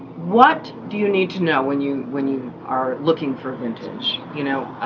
what do you need to know when you, when you are looking for vintage? you know,